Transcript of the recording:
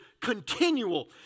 continual